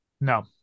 No